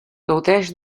gaudeix